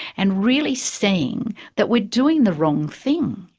and really seeing that we're doing the wrong thing,